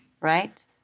Right